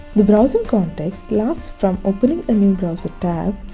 the browsing context lasts from opening a new browser tab,